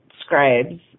scribes